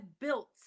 built